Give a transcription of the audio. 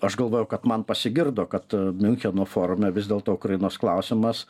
aš galvojau kad man pasigirdo kad miuncheno forume vis dėl to ukrainos klausimas